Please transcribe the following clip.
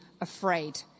afraid